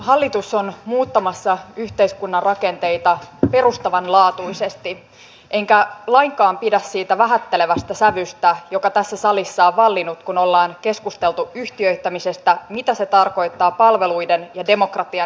hallitus on muuttamassa yhteiskunnan rakenteita perustavanlaatuisesti enkä lainkaan pidä siitä vähättelevästä sävystä joka tässä salissa on vallinnut kun ollaan keskusteltu yhtiöittämisestä siitä mitä se tarkoittaa palveluiden ja demokratian näkökulmasta